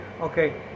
okay